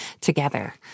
together